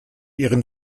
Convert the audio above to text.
ihren